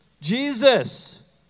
Jesus